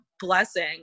blessing